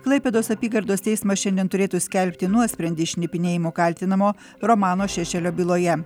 klaipėdos apygardos teismas šiandien turėtų skelbti nuosprendį šnipinėjimu kaltinamo romano šešelio byloje